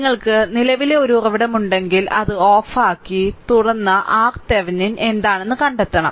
നിങ്ങൾക്ക് നിലവിലെ ഒരു ഉറവിടമുണ്ടെങ്കിൽ അത് ഓഫാക്കി തുറന്ന് RThevenin എന്താണെന്ന് കണ്ടെത്തണം